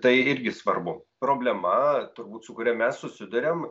tai irgi svarbu problema turbūt su kuria mes susiduriam